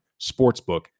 sportsbook